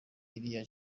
iriya